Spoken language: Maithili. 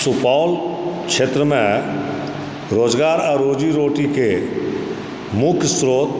सुपौल क्षेत्रमे रोजगार आ रोजी रोटीके मुख्य स्रोत